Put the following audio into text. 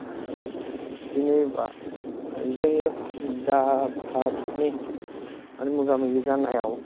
दिनै बा जोङो दा पार्कनि आरो मोगा मोगि जानायाव